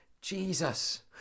Jesus